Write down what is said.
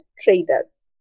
traders